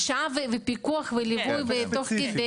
הרשאה ופיקוח וליווי תוך כדי.